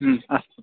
अस्तु